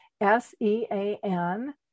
S-E-A-N